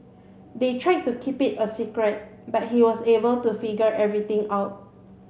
they tried to keep it a secret but he was able to figure everything out